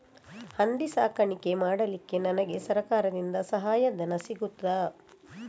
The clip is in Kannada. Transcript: ಹಂದಿ ಸಾಕಾಣಿಕೆ ಮಾಡಲಿಕ್ಕೆ ನನಗೆ ಸರಕಾರದಿಂದ ಸಹಾಯಧನ ಸಿಗುತ್ತದಾ?